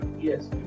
yes